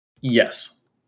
Yes